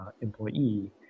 Employee